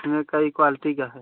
इसमें कई क्वालिटी का है